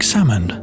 Salmon